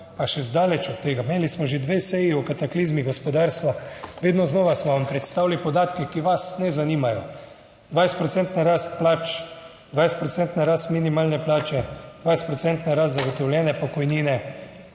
pa še zdaleč od tega. Imeli smo že dve seji o kataklizmi gospodarstva. Vedno znova smo vam predstavili podatke, ki vas ne zanimajo: 20 procentna rast plač, 20 procentna rast minimalne plače, 20 procentna rast zagotovljene pokojnine,